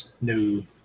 No